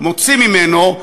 מוציא ממנו,